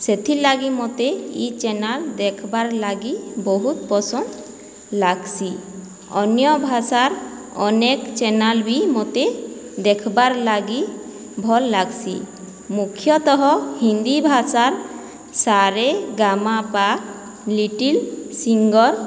ସେଥିର୍ଲାଗି ମୋତେ ଇ ଚ୍ୟାନେଲ ଦେଖ୍ବାର୍ ଲାଗି ବହୁତ ପସନ୍ଦ ଲାଗ୍ସି ଅନ୍ୟ ଭାଷାର୍ ଅନେକ ଚ୍ୟାନେଲ ବି ମୋତେ ଦେଖ୍ବାର୍ ଲାଗି ଭଲ୍ ଲାଗ୍ସି ମୁଖ୍ୟତଃ ହିନ୍ଦୀ ଭାଷାର୍ ସରେଗାମାପା ଲିଟିଲ୍ ସିଙ୍ଗର୍